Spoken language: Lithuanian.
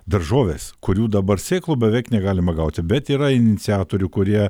daržovės kurių dabar sėklų beveik negalima gauti bet yra iniciatorių kurie